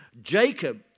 Jacob